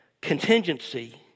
contingency